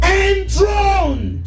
enthroned